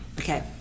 Okay